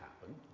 happen